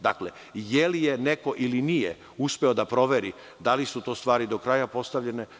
Da li je neko ili nije uspeo da proveri da li su to stvari do kraja postavljene?